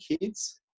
kids